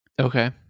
Okay